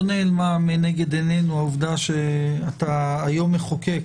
לא נעלמה מנגד עינינו העובדה שאתה היום מחוקק,